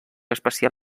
espacial